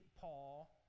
Paul